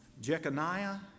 Jeconiah